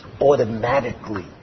automatically